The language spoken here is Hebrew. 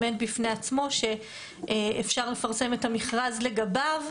בפני עצמו שאפשר לפרסם את המכרז לגביו,